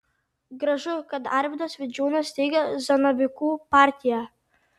gražu kad arvydas vidžiūnas steigia zanavykų partiją